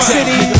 City